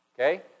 Okay